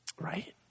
right